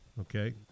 okay